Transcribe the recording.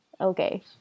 okay